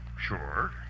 Sure